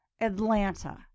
Atlanta